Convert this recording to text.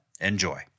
Enjoy